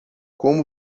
como